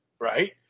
Right